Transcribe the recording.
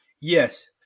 yes